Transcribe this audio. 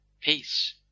peace